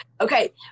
Okay